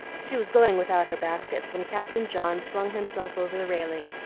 she was going without her baskets when captain john swung himself over the railing,